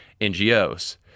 NGOs